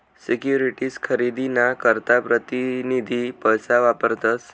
securities खरेदी ना करता प्रतीनिधी पैसा वापरतस